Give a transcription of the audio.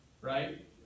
Right